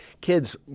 kids